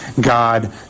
God